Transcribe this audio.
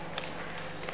אדוני